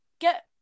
get